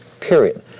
period